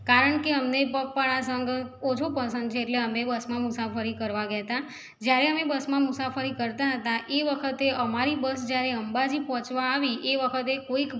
કારણ કે અમને પગપાળા સંઘ ઓછો પસંદ છે એટલે અમે બસમાં મુસાફરી કરવા ગયા હતા જયારે અમે બસમાં મુસાફરી કરતા હતા એ વખતે અમારી બસ જયારે અંબાજી પહોંચવા આવી એ વખતે કોઈક